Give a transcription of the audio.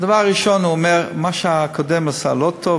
והדבר הראשון שהוא אומר הוא: מה שהקודם עשה לא טוב,